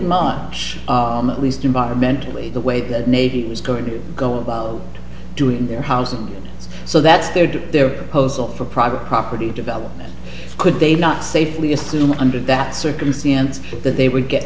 much at least environmentally the way that navy is going to go about doing their house and it's so that's their to their proposal for private property development could they not safely assume under that circumstance that they would get